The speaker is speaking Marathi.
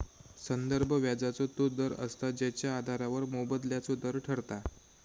संदर्भ व्याजाचो तो दर असता जेच्या आधारावर मोबदल्याचो दर ठरता